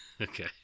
Okay